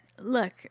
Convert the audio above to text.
look